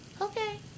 Okay